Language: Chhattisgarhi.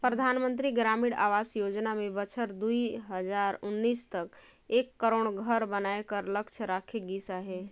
परधानमंतरी ग्रामीण आवास योजना में बछर दुई हजार उन्नीस तक एक करोड़ घर बनाए कर लक्छ राखे गिस अहे